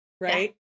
Right